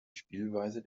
spielweise